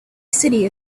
city